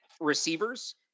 receivers